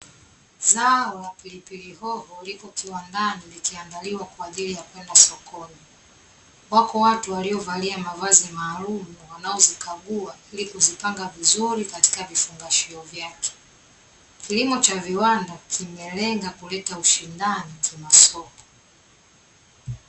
Zao la pilipili hoho liko kiwandani likiandaliwa kwaajili ya kwenda sokoni. Wako watu waliovalia mavazi maalumu wanaozikagua, ili kuzipanga vizuri katika vifungashio vyake. Kilimo cha viwanda kimelenga kuleta ushindani kimasoko.